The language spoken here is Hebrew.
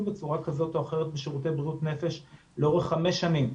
בצורה כזאת או אחרת בשירותי בריאות נפש לאורך חמש שנים.